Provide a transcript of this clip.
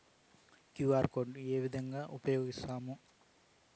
QR code ను ఏ విధంగా ఉపయగిస్తాము?